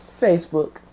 Facebook